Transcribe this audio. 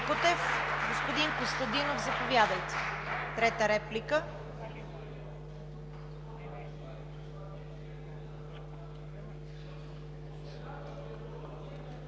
Кутев. Господин Костадинов, заповядайте – трета реплика.